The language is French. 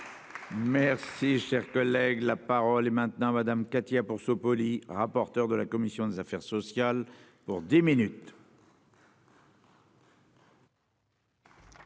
Merci. Collègue, la parole est maintenant Madame Katia pour se rapporteur de la commission des affaires sociales pour 10 minutes.